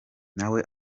nawe